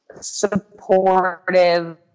supportive